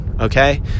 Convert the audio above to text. Okay